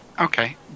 Okay